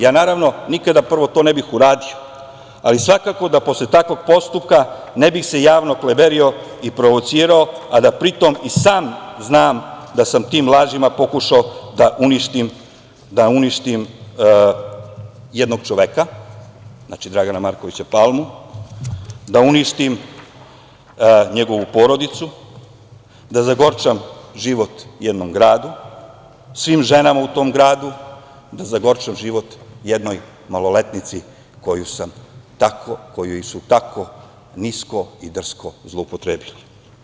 Ja, naravno, nikada to ne bih uradio, ali svakako da posle takvog postupka ne bih se javno kliberio i provocirao, a da pri tom i sam znam da sam tim lažima pokušao da uništim jednog čoveka, znači, Dragana Markovića Palmu, da uništim njegovu porodicu, da zagorčam život jednom gradu, svim ženama u tom gradu, da zagorčam život jednoj maloletnici koju su tako nisko i drsko zloupotrebili.